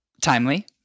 timely